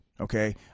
Okay